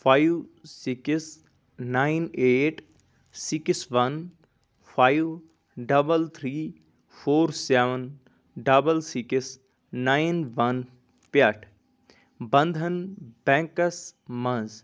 five six nine eight six one five double three four seven double six nine one پٮ۪ٹھ بنٛدھن بیٚنٛکَس منٛز